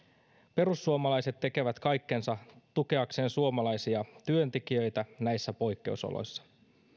perussuomalaiset tekevät kaikkensa tukeakseen suomalaisia työntekijöitä näissä poikkeusoloissa